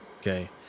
Okay